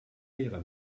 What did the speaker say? leere